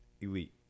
elite